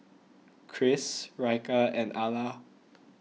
Kris Ryker and Ala